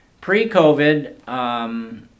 pre-COVID